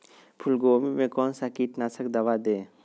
फूलगोभी में कौन सा कीटनाशक दवा दे?